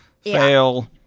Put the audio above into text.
fail